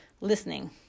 listening